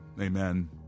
Amen